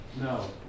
no